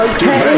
Okay